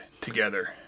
together